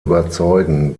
überzeugen